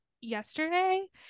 yesterday